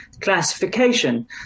classification